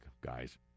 guys